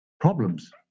problems